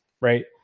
right